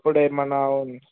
ఇప్పుడు ఏమైనా